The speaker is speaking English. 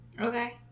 Okay